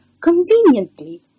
conveniently